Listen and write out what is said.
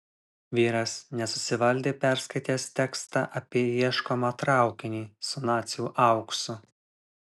vyras nesusivaldė perskaitęs tekstą apie ieškomą traukinį su nacių auksu